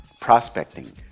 prospecting